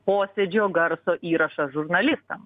posėdžio garso įrašą žurnalistams